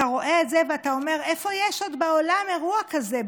אתה רואה את זה ואתה אומר: איפה יש עוד בעולם אירוע כזה,